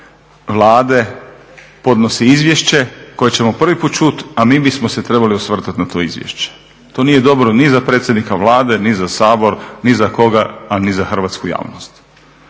Vlade podnosi izvješće koje ćemo prvi put čuti, a mi bismo se trebali osvrtati na to izvješće. To nije dobro ni za predsjednika Vlade, ni za Sabor, ni za koga, a ni za hrvatsku javnost.